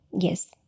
yes